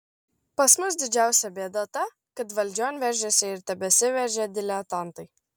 pas mus didžiausia bėda ta kad valdžion veržėsi ir tebesiveržia diletantai